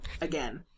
again